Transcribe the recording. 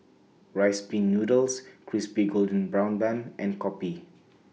Rice Pin Noodles Crispy Golden Brown Bun and Kopi